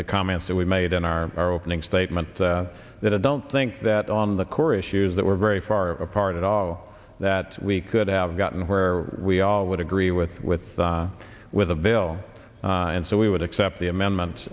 the comments that we made in our our opening statement that i don't think that on the core issues that we're very far apart at all that we could have gotten where we all would agree with with with the bill and so we would accept the amendment